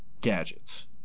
gadgets